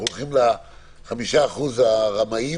הולכים ל-5% הרמאים,